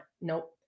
Nope